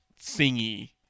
Singy